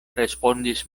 respondis